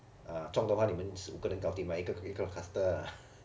中的话是你们五个人 gao dim mah 一个一个 cluster